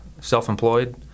self-employed